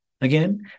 Again